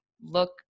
look